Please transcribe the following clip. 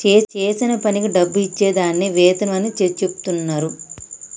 చేసిన పనికి డబ్బు ఇచ్చే దాన్ని వేతనం అని చెచెప్తున్నరు